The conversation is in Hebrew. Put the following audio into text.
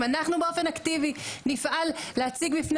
אם אנחנו באופן אקטיבי נפעל להציג בפני